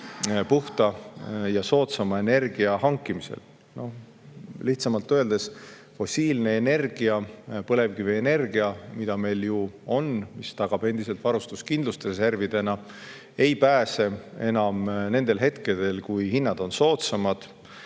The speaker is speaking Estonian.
puhta ja soodsama energia hankimisel. Lihtsamalt öeldes, fossiilne energia, põlevkivienergia, mida meil on ja mis tagab endiselt varustuskindlust reservidena, ei pääse enam nendel hetkedel, kui hinnad on soodsamad